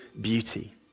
beauty